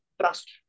trust